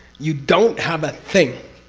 you don't have a thing